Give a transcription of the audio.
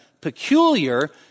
peculiar